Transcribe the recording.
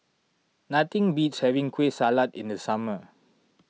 nothing beats having Kueh Salat in the summer